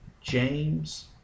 James